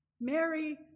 Mary